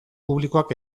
publikoak